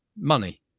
money